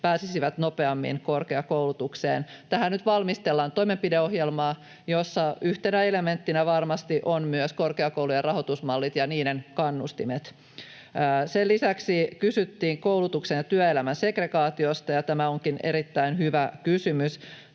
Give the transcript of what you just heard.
pääsisivät nopeammin korkeakoulutukseen. Tähän nyt valmistellaan toimenpideohjelmaa, jossa yhtenä elementtinä varmasti ovat myös korkeakoulujen rahoitusmallit ja niiden kannustimet. Sen lisäksi kysyttiin koulutuksen ja työelämän segregaatiosta, ja tämä onkin erittäin hyvä kysymys.